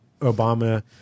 Obama